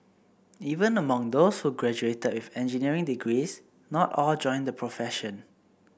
even among those who graduated with engineering degrees not all joined the profession